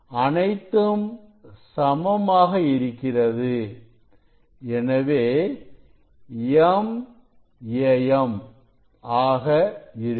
அனைத்தும் சமமாக இருக்கிறது எனவே mAm ஆக இருக்கும்